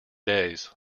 days